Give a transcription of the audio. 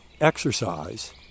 exercise